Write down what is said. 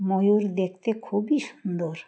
ময়ূর দেখতে খুবই সুন্দর